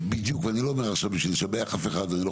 אני לא אומר עכשיו בשביל לשבח אף אחד ואני לא